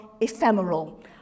ephemeral